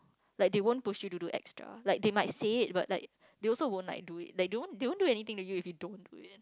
like they won't push you to do extra like they might say it but like they also won't like do it they won't won't do anything to you if you don't do it